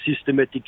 systematic